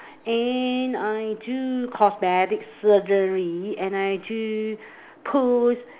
and I do cosmetics surgery and I do push